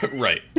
Right